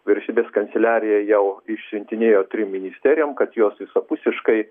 vyriausybės kanceliarija jau išsiuntinėjo trim ministerijom kad jos visapusiškai